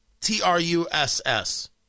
T-R-U-S-S